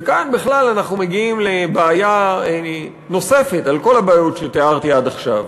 וכאן אנחנו מגיעים לבעיה נוספת על כל הבעיות שתיארתי עד עכשיו.